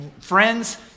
Friends